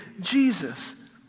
Jesus